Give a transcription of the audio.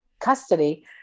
custody